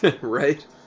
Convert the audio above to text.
Right